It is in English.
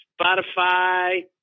Spotify